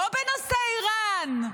לא בנושא איראן,